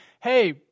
hey